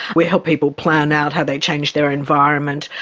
we help people plan out how they change their environment,